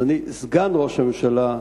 אדוני סגן ראש הממשלה,